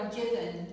given